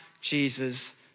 Jesus